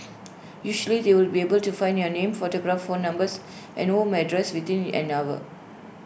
usually they would be able to find your name photograph phone numbers and home address within an hour